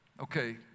Okay